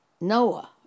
Noah